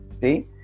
See